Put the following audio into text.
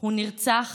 הוא נרצח